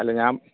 അല്ല ഞാൻ